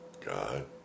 God